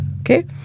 Okay